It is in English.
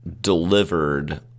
delivered